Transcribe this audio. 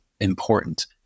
important